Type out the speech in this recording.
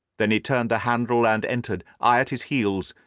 then he turned the handle and entered, i at his heels,